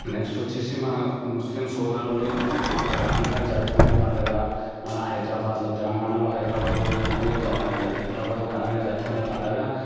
next వచ్చేసి మన Muslim సోదరులు ఘనంగా జరుపుకునే పండగ మన హైదరాబాదులో తెలంగాణలో హైదరాబాదులో ఘనంగా హైదరాబాదులో ఘనంగా జరుపుకునే పండగ